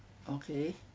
okay